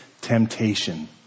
temptation